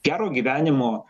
gero gyvenimo